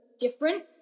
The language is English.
different